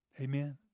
Amen